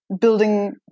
building